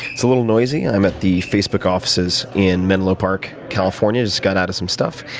it's a little noisy. i'm at the facebook offices in menlo park, california. just got out of some stuff,